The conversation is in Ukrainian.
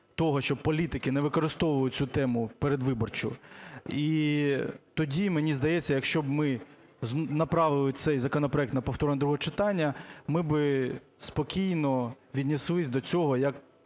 того, щоб політики не використовували цю тему, передвиборчу. І тоді, мені здається, якщо б ми направили цей законопроект на повторне друге читання, ми би спокійно віднеслись до цього як